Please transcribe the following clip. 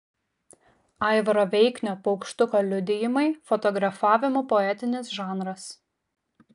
aivaro veiknio paukštuko liudijimai fotografavimo poetinis žanras